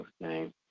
name